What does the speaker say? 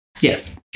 Yes